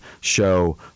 show